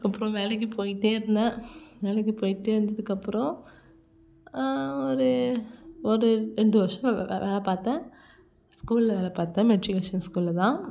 அதுக்கப்புறம் வேலைக்கு போயிகிட்டே இருந்தேன் வேலைக்கு போயிகிட்டே இருந்ததுக்கப்புறம் ஒரு ஒரு ரெண்டு வருஷம் வேலை பார்த்தேன் ஸ்கூலில் வேலை பார்த்தேன் மெட்ரிகுலேஷன் ஸ்கூலில் தான்